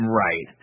right